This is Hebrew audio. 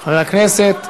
גם חבר הכנסת קרא,